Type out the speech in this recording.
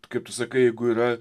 kaip tu sakai jeigu yra